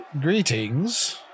Greetings